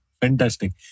Fantastic